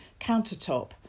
countertop